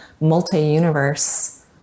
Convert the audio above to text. multi-universe